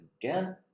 again